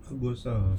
apa pasal